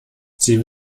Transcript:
sie